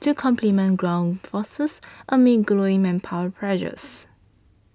to complement ground forces amid growing manpower pressures